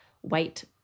white